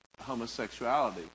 homosexuality